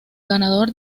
ganador